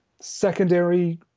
secondary